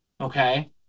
Okay